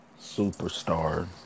superstar